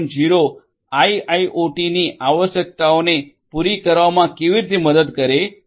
0 આઇઆઇઓટીની આવશ્યકતાઓને પૂરી કરવામાં કેવી રીતે મદદ કરે છે